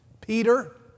Peter